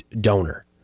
donor